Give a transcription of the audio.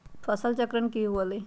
फसल चक्रण की हुआ लाई?